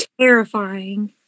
terrifying